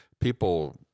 People